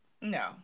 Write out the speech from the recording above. No